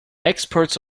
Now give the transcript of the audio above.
experts